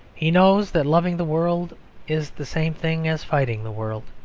he knows that loving the world is the same thing as fighting the world.